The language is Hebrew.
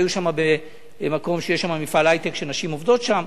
הם היו במקום שיש בו מפעל היי-טק שנשים עובדות בו.